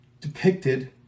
depicted